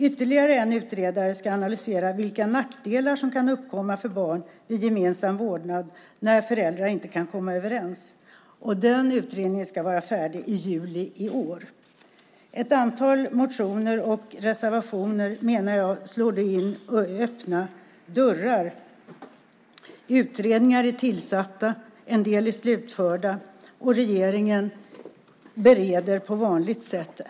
Ytterligare en utredare ska analysera vilka nackdelar som kan uppkomma för barn vid gemensam vårdnad när föräldrar inte kan komma överens. Den utredningen ska vara färdig i juli i år. I ett antal motioner och reservationer slår man, menar jag, in öppna dörrar. Utredningar är tillsatta - en del är slutförda - och regeringen bereder ärendena på vanligt sätt.